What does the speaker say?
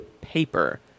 paper